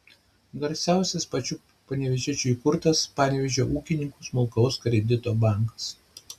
garsiausias pačių panevėžiečių įkurtas panevėžio ūkininkų smulkaus kredito bankas